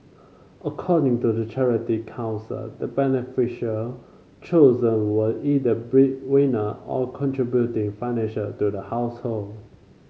according to the Charity Council the beneficial chosen were either bread winner or contributing financial to the household